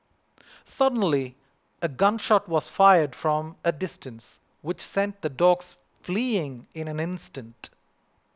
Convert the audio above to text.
suddenly a gun shot was fired from a distance which sent the dogs fleeing in an instant